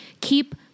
keep